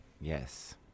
Yes